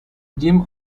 jim